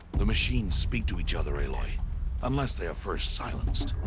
the machines speak to each other, aloy. unless they are first silenced.